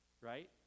right